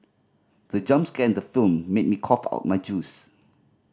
the jump scare in the film made me cough out my juice